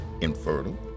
infertile